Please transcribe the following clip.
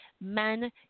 Man